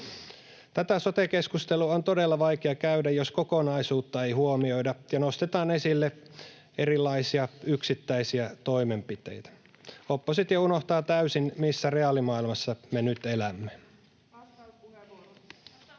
Tätä sote-keskustelua on todella vaikea käydä, jos kokonaisuutta ei huomioida ja nostetaan esille erilaisia yksittäisiä toimenpiteitä. Oppositio unohtaa täysin, missä reaalimaailmassa me nyt elämme.